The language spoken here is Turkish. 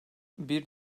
bir